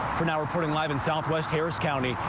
for now, reporting live in southwest harris county,